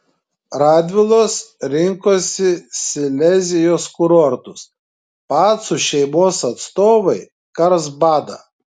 radvilos rinkosi silezijos kurortus pacų šeimos atstovai karlsbadą